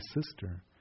sister